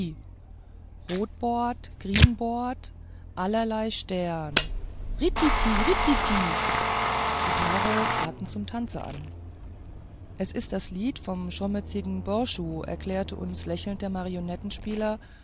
rotboart grienboart allerlaj stern rititit rititit die paare traten zum tanze an es ist das lied vom chomezigen borchu erklärte uns lächelnd der